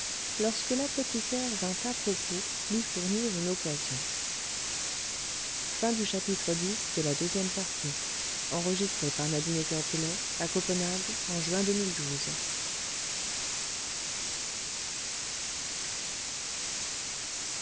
lorsque l'apothicaire vint à propos lui fournir une occasion